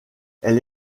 elle